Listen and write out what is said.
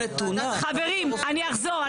חברים, אני אחזור.